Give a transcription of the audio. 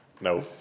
no